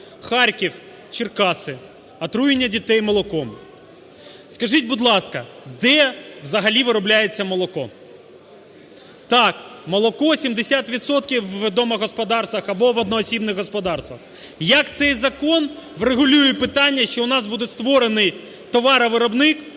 Харків, Черкаси – отруєння дітей молоком. Скажіть, будь ласка, де взагалі виробляється молоко? Так, молоко, 70 відсотків – в домогосподарствах або в одноосібних господарствах. Як цей закон врегулює питання, що у нас буде створений товаровиробник?